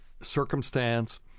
circumstance